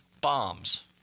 bombs